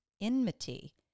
enmity